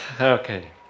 Okay